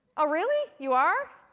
oh, really? you are?